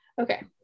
okay